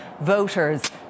voters